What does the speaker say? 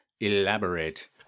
Elaborate